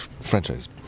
Franchise